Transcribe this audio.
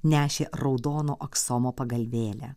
nešė raudono aksomo pagalvėlę